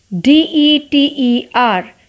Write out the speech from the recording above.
d-e-t-e-r